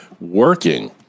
working